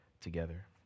together